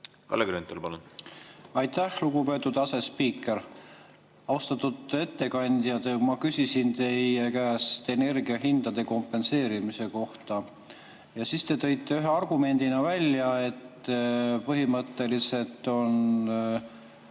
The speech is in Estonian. Kalle Grünthal, palun! Aitäh, lugupeetud asespiiker! Austatud ettekandja! Ma küsisin teie käest energiahindade kompenseerimise kohta. Ja te tõite ühe argumendina välja, et põhimõtteliselt on